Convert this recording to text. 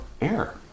air